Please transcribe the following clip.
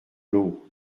lot